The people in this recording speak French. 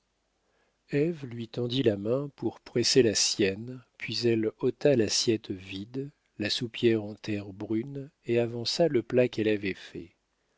lui tendit la main pour presser la sienne puis elle ôta l'assiette vide la soupière en terre brune et avança le plat qu'elle avait fait